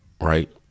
right